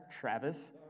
Travis